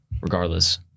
regardless